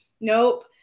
Nope